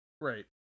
Right